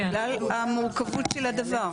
המורכבות של הדבר.